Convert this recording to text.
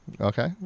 Okay